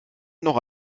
noch